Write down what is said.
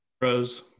Rose